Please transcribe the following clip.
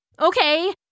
Okay